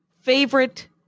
favorite